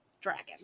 dragon